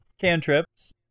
cantrips